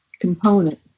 component